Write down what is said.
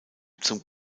zum